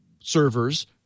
servers